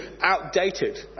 outdated